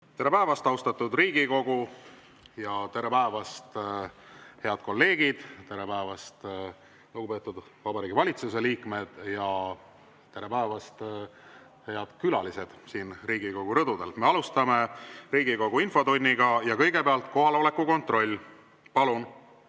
Tere päevast, austatud Riigikogu! Tere päevast, head kolleegid! Tere päevast, lugupeetud Vabariigi Valitsuse liikmed! Ja tere päevast, head külalised siin Riigikogu rõdudel! Alustame Riigikogu infotundi ja teeme kõigepealt kohaloleku kontrolli. Palun!